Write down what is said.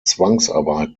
zwangsarbeit